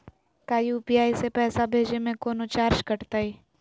का यू.पी.आई से पैसा भेजे में कौनो चार्ज कटतई?